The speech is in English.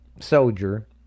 Soldier